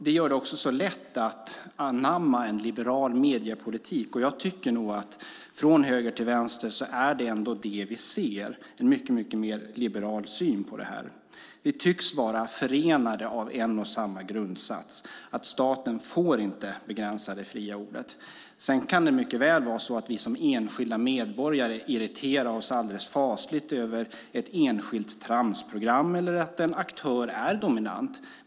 Det gör det också lätt att anamma en liberal mediepolitik. Jag tycker att det från höger till vänster ändå är det vi ser. Det är en mycket mer liberal syn på det här. Vi tycks vara förenade av en och samma grundsats, att staten inte får begränsa det fria ordet. Sedan kan det mycket väl vara så att vi som enskilda medborgare irriterar oss alldeles fasligt över ett enskilt tramsprogram eller att en aktör är dominant.